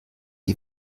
die